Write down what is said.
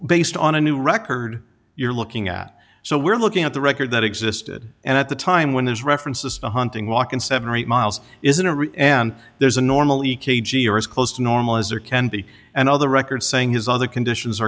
based on a new record you're looking at so we're looking at the record that existed and at the time when there's references to hunting walk in seven or eight miles isn't it and there's a normal e k g or as close to normal as are kennedy and other records saying his other conditions